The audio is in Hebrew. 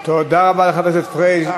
זה 300,000. תודה רבה לחבר הכנסת פריג'.